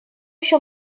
еще